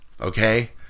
Okay